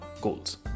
goals